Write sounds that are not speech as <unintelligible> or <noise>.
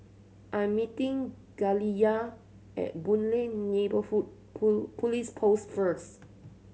I am meeting Galilea at Boon Lay Neighbourhood <unintelligible> Police Post first